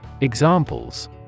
Examples